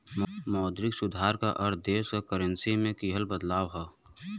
मौद्रिक सुधार क अर्थ देश क करेंसी में किहल बदलाव हौ